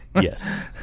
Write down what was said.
Yes